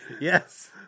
Yes